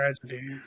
tragedy